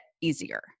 easier